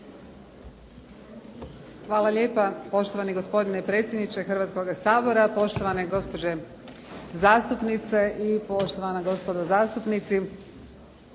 Hvala lijepa poštovani gospodine predsjedniče Hrvatskoga sabora, poštovane gospođe zastupnice i poštovana gospodo zastupnici.